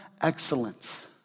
excellence